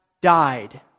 died